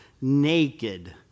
naked